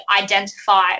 identify